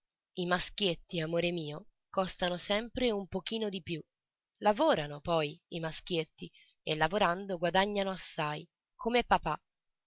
i maschietti amore mio costano sempre un pochino di più lavorano poi i maschietti e lavorando guadagnano assai come papà